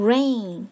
Rain